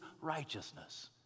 righteousness